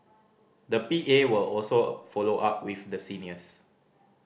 the P A will also follow up with the seniors